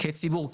כציבור,